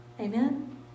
Amen